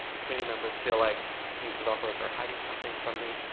committee members feel like these developers are hiding something from me.